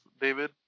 david